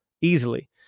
Easily